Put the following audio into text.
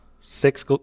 six